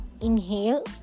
Inhale